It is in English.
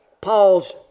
Paul's